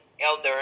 Elder